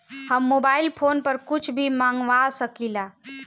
हम mobile phone पर कुछ भी मंगवा सकिला?